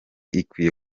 ikwiye